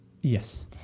Yes